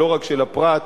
ולא רק של הפרט,